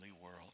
world